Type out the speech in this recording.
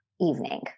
evening